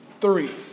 three